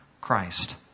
Christ